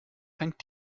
fängt